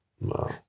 Wow